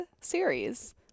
series